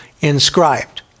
inscribed